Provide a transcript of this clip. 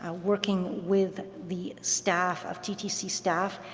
um working with the staff of, ttc staff,